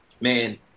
man